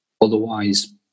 Otherwise